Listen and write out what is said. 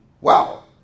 Wow